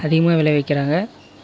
அதிகமாக விளைவிக்கிறாங்க